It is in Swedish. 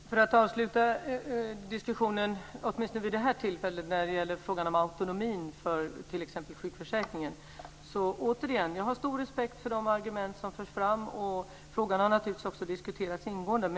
Herr talman! För att avsluta diskussionen åtminstone vid det här tillfället om autonomin i t.ex. sjukförsäkringen ska jag återigen säga att jag har stor respekt för de argument som förs fram. Frågan har naturligtvis diskuterats ingående.